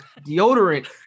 deodorant